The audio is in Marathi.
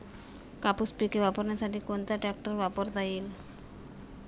कापूस पिके कापण्यासाठी कोणता ट्रॅक्टर वापरता येईल?